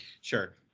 Sure